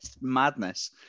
madness